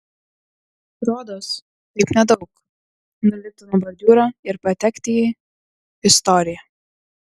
rodos taip nedaug nulipti nuo bordiūro ir patekti į istoriją